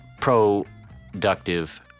productive